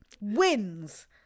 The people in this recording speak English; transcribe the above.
wins